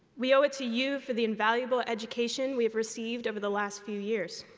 we owe it to you for the invaluable education we have received over the last few years.